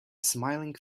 smiling